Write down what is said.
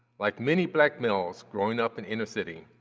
like many black males growing up in inner city,